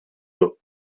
l’eau